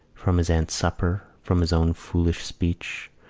from his aunt's supper, from his own foolish speech,